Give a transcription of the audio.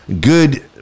good